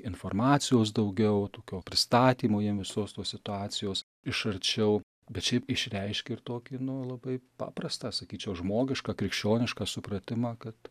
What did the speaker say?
informacijos daugiau tokio pristatymo jiem visos tos situacijos iš arčiau bet šiaip išreiškė ir tokį nu labai paprastą sakyčiau žmogišką krikščionišką supratimą kad